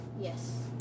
Yes